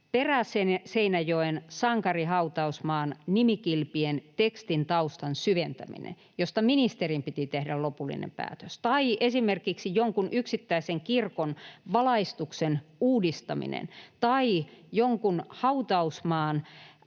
Peräseinäjoen sankarihautausmaan nimikilpien tekstin taustan syventäminen, josta ministerin piti tehdä lopullinen päätös, tai esimerkiksi jonkun yksittäisen kirkon valaistuksen uudistaminen tai jonkun hautausmaan